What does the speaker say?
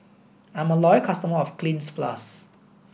I'm a loyal customer of Cleanz plus